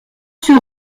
sur